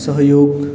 सहयोग